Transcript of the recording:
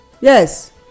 Yes